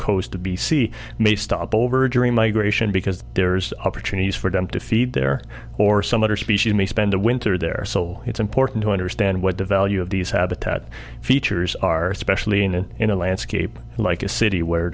coast to b c may stop over during migration because there's opportunities for them to feed there or some other species may spend a winter there soul it's important to understand what the value of these habitat features are especially in an inner landscape like a city where